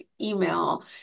email